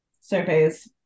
surveys